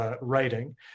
writing